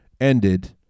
ended